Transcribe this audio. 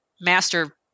master